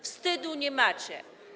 Wstydu nie macie.